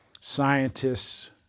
scientists